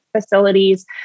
facilities